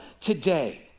today